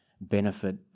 benefit